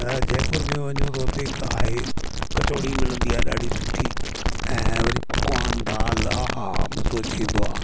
त जयपुर में वञो त उते आहे कचोड़ी मिलंदी आहे ॾाढी सुठी ऐं वरी पकवान दालि आ हा हा मज़ो अची वेंदो आहे